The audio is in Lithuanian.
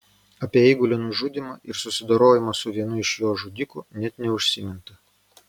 apie eigulio nužudymą ir susidorojimą su vienu iš jo žudikų net neužsiminta